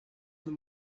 them